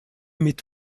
mit